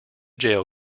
jail